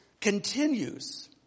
continues